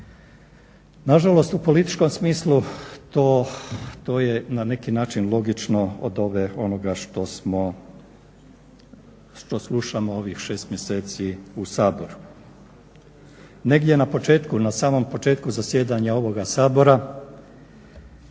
Nažalost, u političkom smislu to je na neki način logično od onoga što smo, što slušamo ovih 6 mjeseci u Saboru. Negdje na početku, na samom početku zasjedanja ovoga Sabora